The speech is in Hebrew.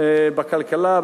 בכלכלה,